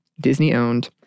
Disney-owned